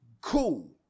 Cool